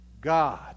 God